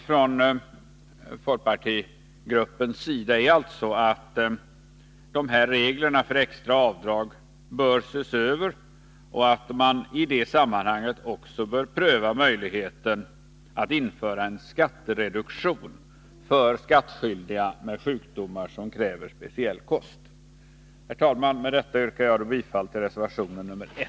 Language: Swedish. Folkpartigruppens yrkande är alltså att dessa regler för extra avdrag bör ses över och att man i det sammanhanget också bör pröva möjligheten att införa en skattereduktion för skattskyldiga med sjukdomar som kräver speciell kost. Herr talman! Med detta yrkar jag bifall till reservationen 1.